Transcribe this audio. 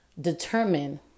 determine